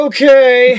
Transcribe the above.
Okay